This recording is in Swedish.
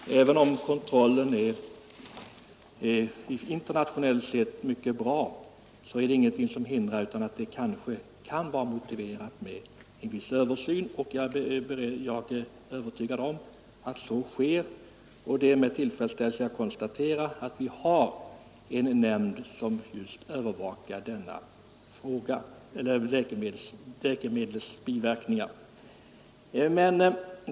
Herr talman! Även om kontrollen hos oss internationellt sett är mycket bra, är det ingenting som hindrar att det kan vara motiverat med en viss översyn, och jag är övertygad om att en sådan sker. Det är med tillfredsställelse jag konstaterar att vi har en nämnd som övervakar just läkemedlens biverkningar.